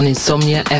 Insomnia